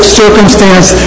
circumstance